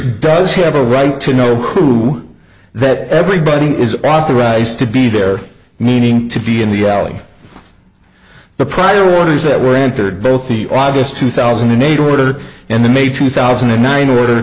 does have a right to know who that everybody is authorized to be there meaning to be in the alley the priorities that were entered both the august two thousand and eight order and the may two thousand and nine order